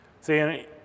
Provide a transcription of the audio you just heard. See